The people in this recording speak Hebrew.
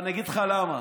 אני אגיד לך למה: